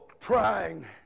trying